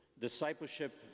discipleship